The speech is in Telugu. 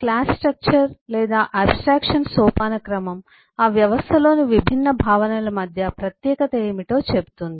క్లాస్ స్ట్రక్చర్ లేదా ఆబ్స్ట్రాక్షన్ సోపానక్రమం ఆ వ్యవస్థలోని విభిన్న భావనల మధ్య ప్రత్యేకత ఏమిటో చెబుతుంది